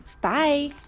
Bye